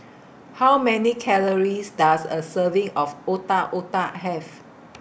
How Many Calories Does A Serving of Otak Otak Have